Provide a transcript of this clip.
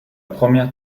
première